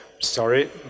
Sorry